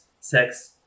sex